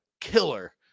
killer